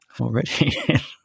already